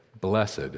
blessed